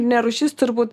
ne rūšis turbūt